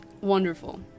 Wonderful